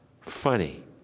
funny